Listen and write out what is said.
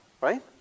right